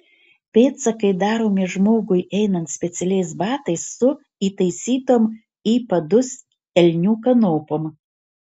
pėdsakai daromi žmogui einant specialiais batais su įtaisytom į padus elnių kanopom